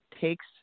takes